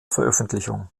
veröffentlichung